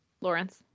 Lawrence